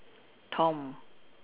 Tom